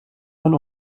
man